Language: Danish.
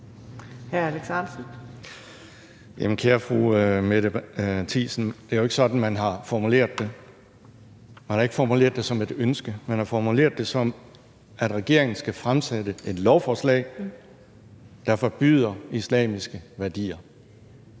kære fru Mette Thiesen, det er jo ikke sådan, man har formuleret det. Man har ikke formuleret det som et ønske. Man har formuleret det, som at regeringen skal fremsætte et lovforslag, der forbyder islamiske værdier,